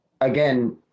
again